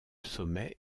sommet